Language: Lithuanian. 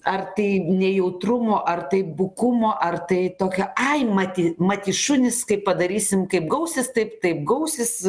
ar tai nejautrumo ar tai bukumo ar tai tokio ai mat jį mat jį šunys kaip padarysim kaip gausis taip taip gausis